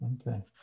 Okay